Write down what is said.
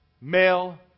male